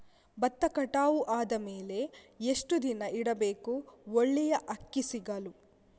ಭತ್ತ ಕಟಾವು ಆದಮೇಲೆ ಎಷ್ಟು ದಿನ ಇಡಬೇಕು ಒಳ್ಳೆಯ ಅಕ್ಕಿ ಸಿಗಲು?